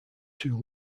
too